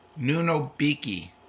Nunobiki